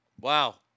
Wow